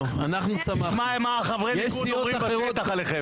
תשמע מה חברי ליכוד אומרים בשטח עליכם.